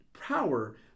power